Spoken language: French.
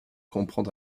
comprend